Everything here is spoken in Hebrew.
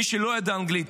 מי שלא יודע אנגלית,